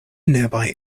nearby